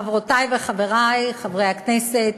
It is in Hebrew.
חברותי וחברי חברי הכנסת,